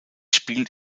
spielt